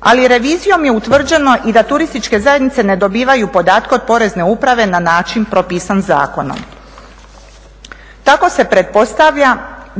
Ali revizijom je utvrđeno i da turističke zajednice ne dobivaju podatke od porezne uprave ne način propisan zakonom. Tako se pretpostavlja